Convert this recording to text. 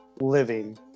living